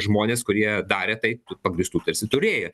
žmonės kurie darė tai tų pagrįstų tarsi turėję